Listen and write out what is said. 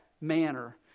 manner